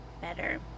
better